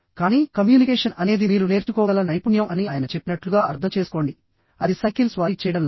కానీ కమ్యూనికేషన్ అనేది మీరు నేర్చుకోగల నైపుణ్యం అని ఆయన చెప్పినట్లుగా అర్థం చేసుకోండి అది సైకిల్ స్వారీ చేయడం లాంటిది